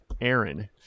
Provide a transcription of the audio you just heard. Aaron